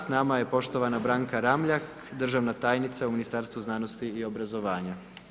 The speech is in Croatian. S nama je poštovana Branka Ramljak, državna tajnica u Ministarstvu znanosti i obrazovanja.